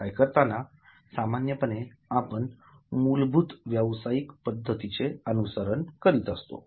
व्यवसाय करताना सामान्यपणे आपण मूलभूत व्यवसायीक पद्धतीचे अनुसरण करीत असतो